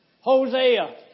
Hosea